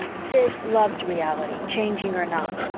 sid loves reality, changing or not,